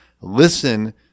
listen